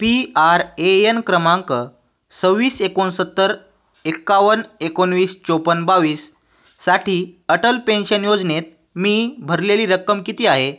P R A N क्रमांक सव्वीस एकोणसत्तर एक्कावन्न एकोणीस चौपन्न बावीससाठी अटल पेन्शन योजनेत मी भरलेली रक्कम किती आहे